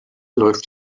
läuft